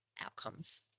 outcomes